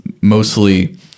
mostly